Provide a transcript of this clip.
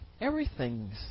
everything's